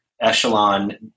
Echelon